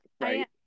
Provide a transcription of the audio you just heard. right